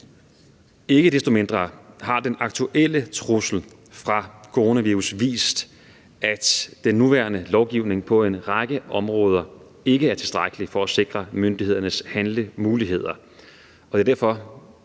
Ikke desto mindre har den aktuelle trussel fra coronavirus vist, at den nuværende lovgivning på en række områder ikke er tilstrækkelig for at sikre myndighedernes handlemuligheder,